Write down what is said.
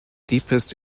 deepest